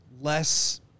less